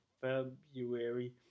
February